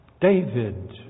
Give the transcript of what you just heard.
David